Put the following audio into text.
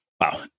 Wow